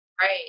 right